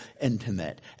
intimate